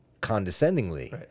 condescendingly